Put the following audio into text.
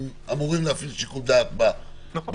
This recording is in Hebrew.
הם אמורים להפעיל שיקול דעת בעניין.